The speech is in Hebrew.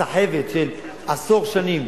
הסחבת של עשור שנים